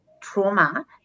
trauma